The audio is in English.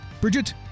Bridget